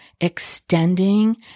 extending